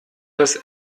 das